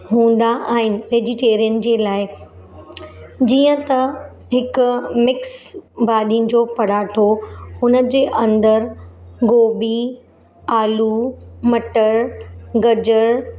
हूंदा आहिनि वेजिटेरियन जे लाइ जीअं त हिकु मिक्स भाॼिनि जो परांठो हुन जे अंदरु गोभी आलू मटर गजरु